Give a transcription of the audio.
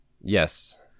yes